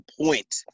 point